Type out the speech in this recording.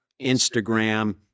instagram